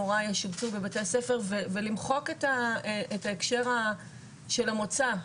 מורים ישובצו בבתי הספר ולמחוק את ההקשר של המוצא.